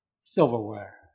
silverware